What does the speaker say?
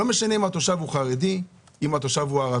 לא משנה אם התושב הוא חרדי, ערבי,